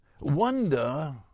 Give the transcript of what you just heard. Wonder